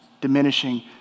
diminishing